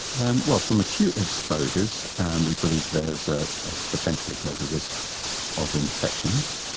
and well, from acute exposures and we believe there is ah potentially a greater risk of infections.